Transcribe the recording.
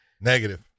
Negative